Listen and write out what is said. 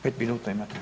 5 minuta imate.